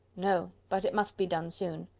no but it must be done soon.